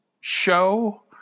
show